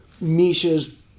Misha's